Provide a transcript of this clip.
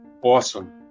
awesome